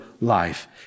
life